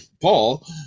paul